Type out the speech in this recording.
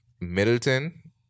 Middleton